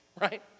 right